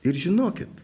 ir žinokit